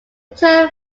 term